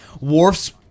Worf's